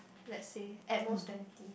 let's say at most twenty